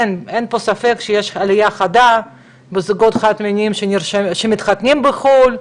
אין פה ספק שיש עלייה חדה בזוגות החד מיניים שמתחתנים בחו"ל,